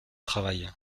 travail